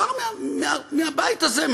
וכבר מהבית הזה,